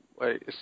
Wait